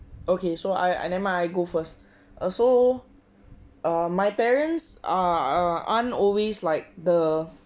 okay so I I never mind I go first err so err my parents aren't always like the